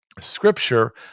Scripture